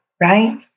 right